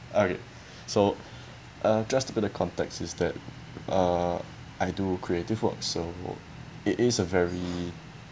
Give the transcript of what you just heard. okay so uh just a bit of context is that uh I do creative work so it is a very